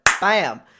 bam